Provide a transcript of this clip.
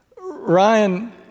Ryan